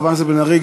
חברת הכנסת בן ארי,